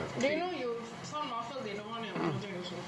do you know you sound muffled they don't want your information